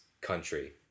country